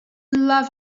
love